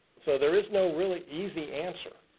so there is no really easy answer.